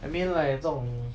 I mean like 这种